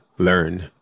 learn